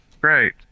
Great